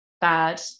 bad